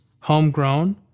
homegrown